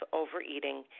overeating